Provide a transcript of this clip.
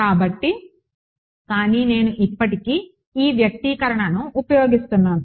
కాబట్టి కానీ నేను ఇప్పటికీ ఈ వ్యక్తీకరణను ఉపయోగిస్తున్నాను